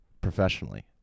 professionally